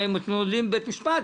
מתמודדים בבית משפט?